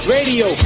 Radio